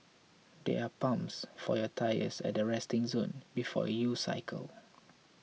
there are pumps for your tyres at the resting zone before you cycle